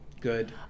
good